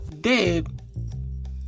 dead